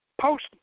post